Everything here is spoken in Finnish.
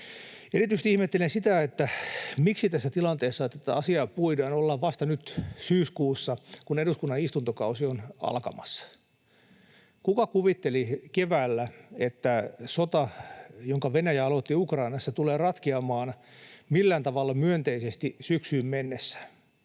Erityisesti ihmettelen sitä, miksi tässä tilanteessa tätä asiaa puidaan. Nyt ollaan vasta syyskuussa, kun eduskunnan istuntokausi on alkamassa. Kuka kuvitteli keväällä, että sota, jonka Venäjä aloitti Ukrainassa, tulee ratkeamaan millään tavalla myönteisesti syksyyn mennessä?